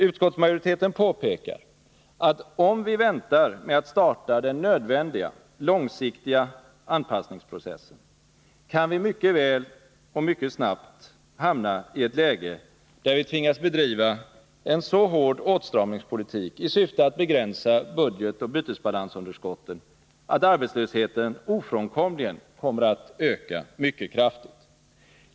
Utskottsmajoriteten påpekar att om vi väntar med att starta den nödvändiga långsiktiga anpassningsprocessen kan vi mycket snabbt hamna i ett läge, där vi tvingas bedriva en så hård åtstramningspolitik i syfte att begränsa budgetoch bytesbalansunderskotten att arbetslösheten ofrånkomligen kommer att öka mycket kraftigt.